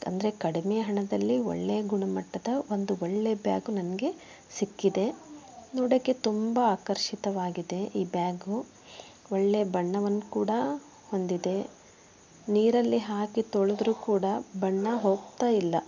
ಅಂದರೆ ಕಡಿಮೆ ಹಣದಲ್ಲಿ ಒಳ್ಳೆಯ ಗುಣ ಮಟ್ಟದ ಒಂದು ಒಳ್ಳೆಯ ಬ್ಯಾಗು ನನಗೆ ಸಿಕ್ಕಿದೆ ನೋಡೋಕ್ಕೆ ತುಂಬ ಆಕರ್ಷಿತವಾಗಿದೆ ಈ ಬ್ಯಾಗು ಒಳ್ಳೆಯ ಬಣ್ಣವನ್ನು ಕೂಡ ಹೊಂದಿದೆ ನೀರಲ್ಲಿ ಹಾಕಿ ತೊಳೆದ್ರೂ ಕೂಡ ಬಣ್ಣ ಹೋಗ್ತಾಯಿಲ್ಲ